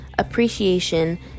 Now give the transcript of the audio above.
Appreciation